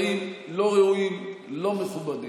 הדברים לא ראויים, לא מכובדים.